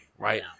Right